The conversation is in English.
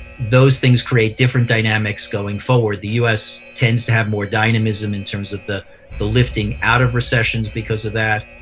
those things create different dynamics going forward. the u s. tends to have more dynamism in terms of the the lifting out of recessions. because of that